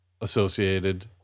associated